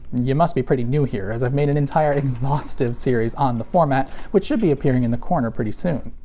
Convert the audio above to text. you must be pretty new here, as i've made an entire exhaustive series on the format which should be appearing in the corner pretty soon.